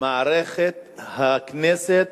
מערכת הכנסת